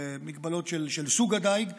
מגבלות של סוג הדיג.